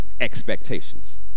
expectations